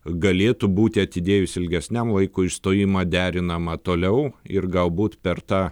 galėtų būti atidėjus ilgesniam laikui išstojimą derinama toliau ir galbūt per tą